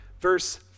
verse